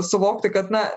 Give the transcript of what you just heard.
suvokti kad na